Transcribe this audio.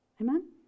amen